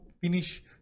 finish